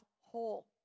whole